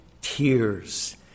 tears